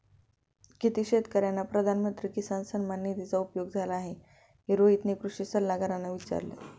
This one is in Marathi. किती शेतकर्यांना प्रधानमंत्री किसान सन्मान निधीचा उपयोग झाला आहे, हे रोहितने कृषी सल्लागारांना विचारले